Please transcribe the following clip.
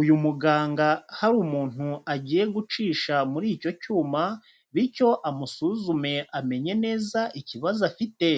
uyu muganga hari umuntu agiye gucisha muri icyo cyuma, bityo amusuzume amenye neza ikibazo afite.